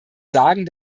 sagen